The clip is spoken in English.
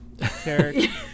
character